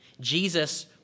Jesus